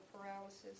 paralysis